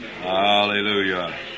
hallelujah